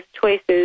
choices